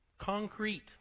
concrete